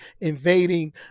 invading